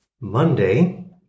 Monday